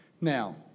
Now